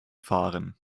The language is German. fahren